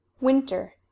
Winter